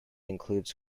includes